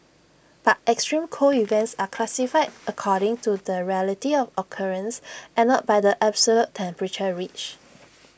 but extreme cold events are classified according to the rarity of occurrence and not by the absolute temperature reached